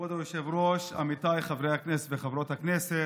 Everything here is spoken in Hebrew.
כבוד היושב-ראש, עמיתיי חברי הכנסת וחברות הכנסת,